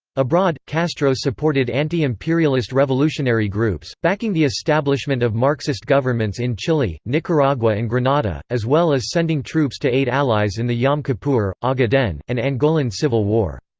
abroad, castro supported anti-imperialist revolutionary groups, backing the establishment of marxist governments in chile, nicaragua and grenada, as well as sending troops to aid allies in the yom kippur, ogaden, and angolan civil war.